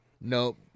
Nope